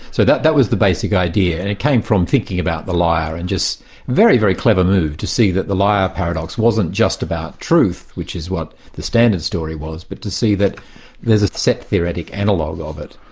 so that that was the basic idea. and it came from thinking about the liar and just a very, very clever move, to see that the liar paradox wasn't just about truth, which is what the standard story was, but to see that there's a set theoretic analogue of it,